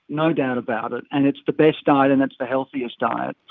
no doubt about it, and it's the best diet and it's the healthiest diet.